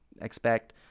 expect